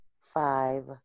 five